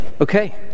Okay